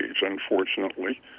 unfortunately